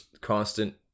constant